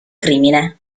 crimine